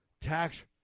tax